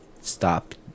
stop